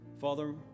Father